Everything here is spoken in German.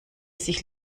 sich